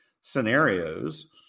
scenarios